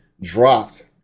dropped